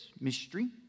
mystery